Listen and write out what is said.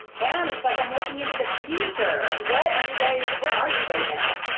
and it's like i'm looking into the future. what are you guys, where are you right now?